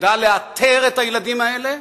שתדע לאתר את הילדים האלה,